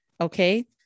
okay